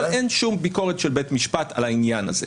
אין שום ביקורת של בית משפט על העניין הזה.